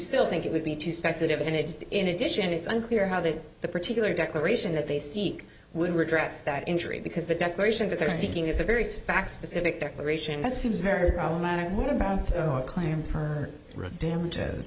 still think it would be too speculative and it in addition it's unclear how that the particular declaration that they seek we redress that injury because the declaration that they're seeking is a very suspect specific declaration that seems very problematic what about a claim for damages